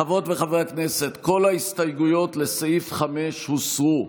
חברות וחברי הכנסת, כל ההסתייגויות לסעיף 5 הוסרו,